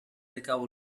recau